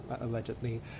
allegedly